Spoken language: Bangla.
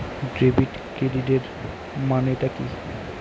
ডেবিট ক্রেডিটের মানে টা কি?